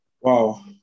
Wow